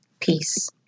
Peace